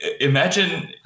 Imagine